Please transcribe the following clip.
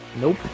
Nope